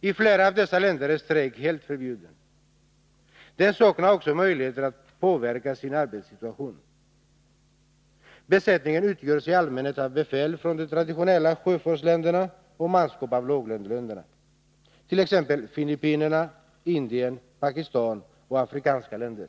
—i flera av dessa länder är strejk helt förbjuden. Personalen saknar vidare möjligheter att påverka sin arbetssituation. Besättningarna utgörs i allmänhet av befäl från de traditionella sjöfartsländerna och av manskap från låglöneländerna, t.ex. Filippinerna, Indien, Pakistan och afrikanska länder.